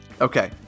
Okay